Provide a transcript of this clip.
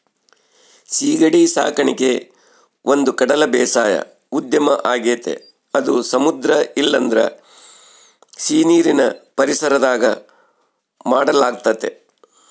ಸೀಗಡಿ ಸಾಕಣಿಕೆ ಒಂದುಕಡಲ ಬೇಸಾಯ ಉದ್ಯಮ ಆಗೆತೆ ಅದು ಸಮುದ್ರ ಇಲ್ಲಂದ್ರ ಸೀನೀರಿನ್ ಪರಿಸರದಾಗ ಮಾಡಲಾಗ್ತತೆ